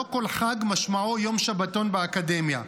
לא כל חג משמעו יום שבתון באקדמיה.